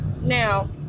now